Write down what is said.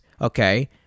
okay